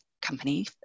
company